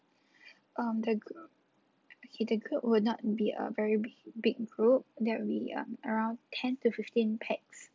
um the okay the group would not be a very big big group there would be around ten to fifteen pax